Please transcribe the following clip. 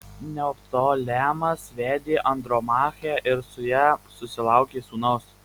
neoptolemas vedė andromachę ir su ja susilaukė sūnaus